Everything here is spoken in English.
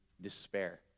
despair